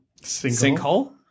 Sinkhole